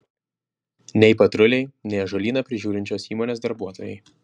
nei patruliai nei ąžuolyną prižiūrinčios įmonės darbuotojai